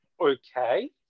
okay